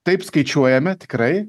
taip skaičiuojame tikrai